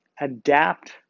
adapt